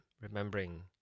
Remembering